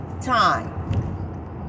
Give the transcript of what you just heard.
time